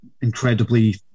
incredibly